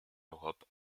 europe